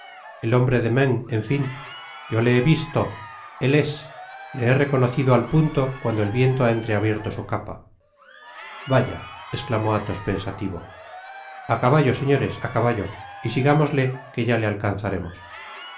el hombre de meung en fin yo le he visto él es i le he reconocido al punto cuando el viento ha entreabierto su capa vaya exclamó alhos pensativo a caballo señores á cabatlo y sigámosle que ya le alcanzaremos